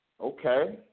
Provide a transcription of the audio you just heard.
Okay